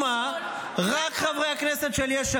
תגיד לי, מה, אנחנו סמרטוט רצפה שלו?